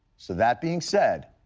so that being said,